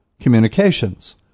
communications